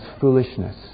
foolishness